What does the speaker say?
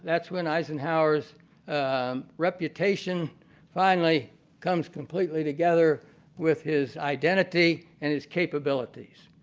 that's when eisenhower's reputation finally comes completely together with his identity and his capabilities.